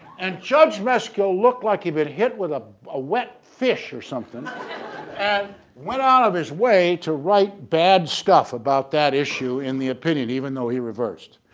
and judge wescal looked like he'd been hit with a ah wet fish or something and went out of his way to write bad stuff about that issue in the opinion even though he reversed,